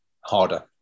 harder